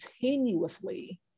continuously